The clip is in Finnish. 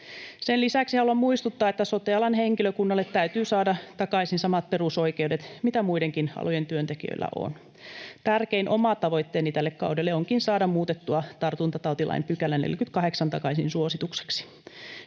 Sen lisäksi haluan muistuttaa, että sote-alan henkilökunnalle täytyy saada takaisin samat perusoikeudet kuin muidenkin alojen työntekijöillä on. Tärkein oma tavoitteeni tälle kaudelle onkin saada muutettua tartuntatautilain 48 § takaisin suositukseksi.